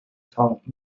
taught